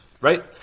right